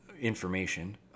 information